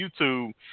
YouTube